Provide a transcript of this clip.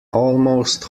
almost